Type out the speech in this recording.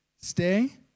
stay